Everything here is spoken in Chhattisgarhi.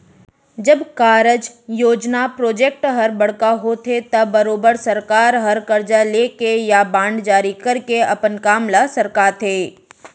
जब कारज, योजना प्रोजेक्ट हर बड़का होथे त बरोबर सरकार हर करजा लेके या बांड जारी करके अपन काम ल सरकाथे